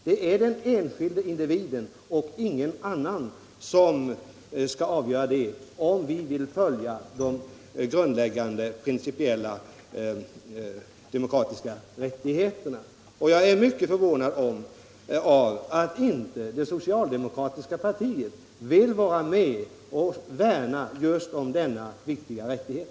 Det är den enskilda individen och ingen annan som skall avgöra det, om vi vill iaktta de grundläggande demokratiska rättigheterna. Jag är mycket förvånad över att det socialdemokratiska partiet inte vill vara med och värna om denna viktiga rättighet.